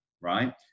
right